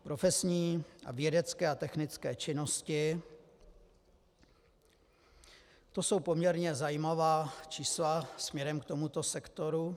Profesní a vědecké a technické činnosti, to jsou poměrně zajímavá čísla směrem k tomuto sektoru.